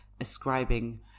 ascribing